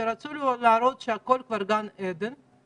שרצו להראות שהכול כבר גן עדן,